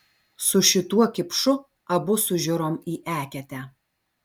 su šituo kipšu abu sužiurom į eketę